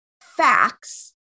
facts